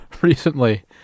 recently